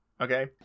okay